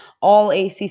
all-ACC